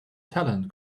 talent